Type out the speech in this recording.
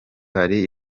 hari